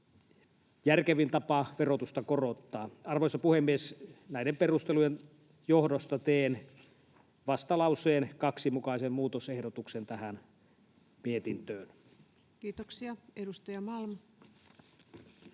järkevin tapa verotusta korottaa. Arvoisa puhemies! Näiden perustelujen johdosta teen vastalauseen 2 mukaisen muutosehdotuksen tähän mietintöön. Kiitoksia. — Edustaja Malm.